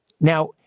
Now